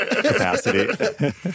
capacity